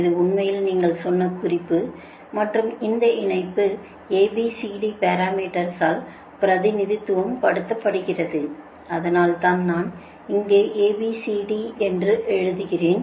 இது உண்மையில் நீங்கள் சொன்ன குறிப்பு மற்றும் இந்த இணைப்பு A B C D parameters ஆல் பிரதிநிதித்துவம் படுத்தப்படுகிறது அதனால்தான் நான் இங்கே A B C D என்று எழுதுகிறேன்